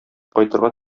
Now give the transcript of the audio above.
кайтырга